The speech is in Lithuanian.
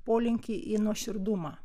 polinkį į nuoširdumą